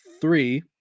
three